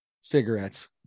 cigarettes